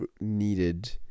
needed